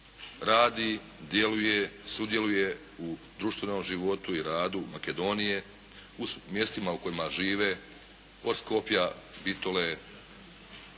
radi, djeluje, sudjeluje u društvenom životu i radu Makedonije u mjestima u kojima žive od Skopja, Bitole,